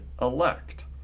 elect